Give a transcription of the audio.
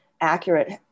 accurate